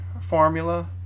formula